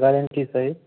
guarantee सहित